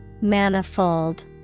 Manifold